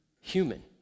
human